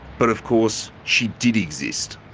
but, of course, she did exist.